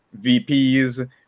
VPs